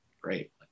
great